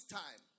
time